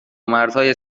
مرزهای